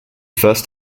first